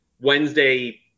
Wednesday